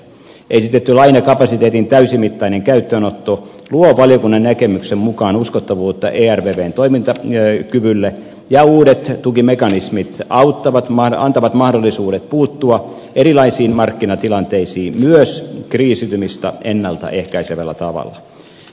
esitetty lainakapasiteetin täysimittainen käyttöönotto luo valiokunnan näkemyksen mukaan uskottavuutta ervvn toimintakyvylle ja uudet tukimekanismit antavat mahdollisuudet puuttua erilaisiin markkinatilanteisiin myös kriisiytymistä ennalta ehkäisevällä tavalla